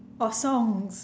or songs